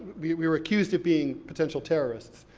we were accused of being potential terrorists.